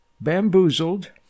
bamboozled